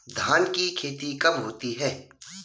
धान की खेती कब होती है?